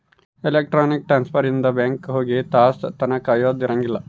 electronic transfer ಇಂದ bank ಹೋಗಿ ತಾಸ್ ತನ ಕಾಯದ ಇರಂಗಿಲ್ಲ